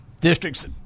districts